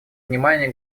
внимания